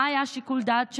מה היה שיקול הדעת שלא?